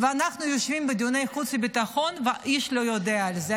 ואנחנו יושבים בדיוני חוץ וביטחון ואיש לא יודע על זה.